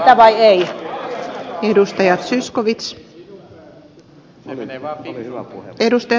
onko sitä vai ei